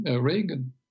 Reagan